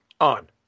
on